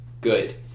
Good